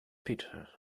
peter